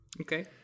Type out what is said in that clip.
Okay